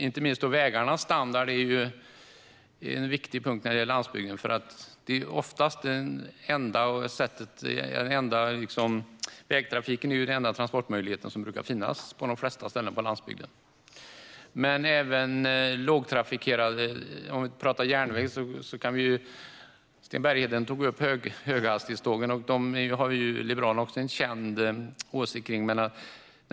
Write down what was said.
Inte minst vägarnas standard är en viktig punkt när det gäller landsbygden, för vägtrafiken är ofta den enda transportmöjlighet som finns på landsbygden. Sten Bergheden tog upp höghastighetstågen, och när det gäller dem har även Liberalerna en känd åsikt.